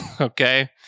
Okay